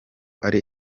ari